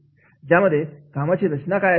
आहे ज्यामध्ये कामाची रचना काय असेल